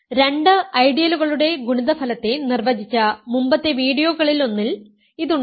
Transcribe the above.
അതിനാൽ രണ്ട് ഐഡിയലുകളുടെ ഗുണിതഫലത്തെ നിർവ്വചിച്ച മുമ്പത്തെ വീഡിയോകളിലൊന്നിൽ ഇതുണ്ട്